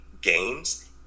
games